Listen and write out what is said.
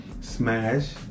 smash